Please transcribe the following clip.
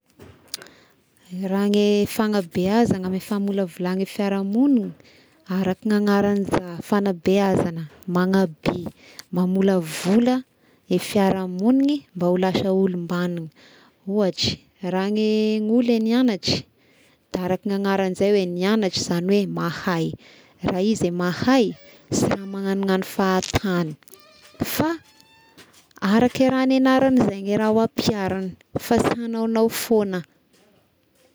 Raha ny fanabehazagna amy famolavola gny fiarahamognina araka ny agnarany za fagnabehazana manabe, mamolavola i fiarahamogniny mba ho lasa olom-bagnona ohatry raha ny olo nianatry da araka gny anaragny izay hoe nianatry izagny hoe mahay, raha izy e mahay sy raha magnanognano fahantagny fa araky raha nianaragny zegny i raha ho ampiharigny fa sy agnaognao foana.